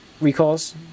recalls